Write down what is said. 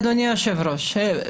אדוני היושב-ראש,